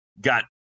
got